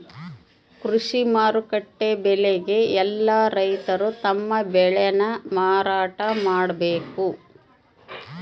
ಕೃಷಿ ಮಾರುಕಟ್ಟೆ ಬೆಲೆಗೆ ಯೆಲ್ಲ ರೈತರು ತಮ್ಮ ಬೆಳೆ ನ ಮಾರಾಟ ಮಾಡ್ಬೇಕು